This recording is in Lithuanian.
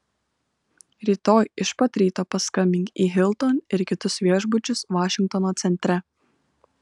rytoj iš pat ryto paskambink į hilton ir kitus viešbučius vašingtono centre